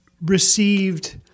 received